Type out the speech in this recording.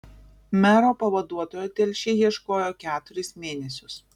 mero pavaduotojo telšiai ieškojo keturis mėnesius